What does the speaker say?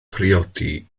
priodi